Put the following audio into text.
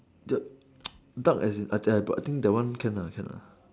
the duck as in I I I think that one can lah can lah